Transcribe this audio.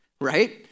right